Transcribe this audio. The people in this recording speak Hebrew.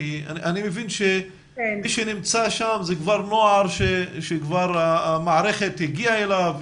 כי אני מבין שמי שנמצא שם זה נוער שכבר המערכת הגיעה אליו,